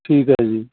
ਠੀਕ ਹੈ ਜੀ